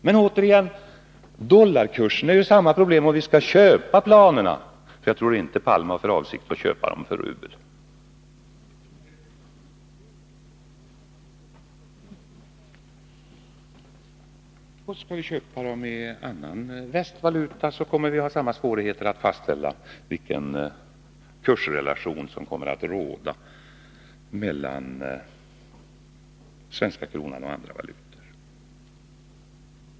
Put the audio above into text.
Men återigen: Dollarkursen medför ju samma problem om vi skall köpa planen —och jag tror inte att Olof Palme har för avsikt att köpa dem för rubel. Skall vi köpa dem i annan västvaluta än dollar, så får vi samma svårigheter att fastställa vilken kursrelation som kommer att råda mellan den svenska kronan och andra valutor.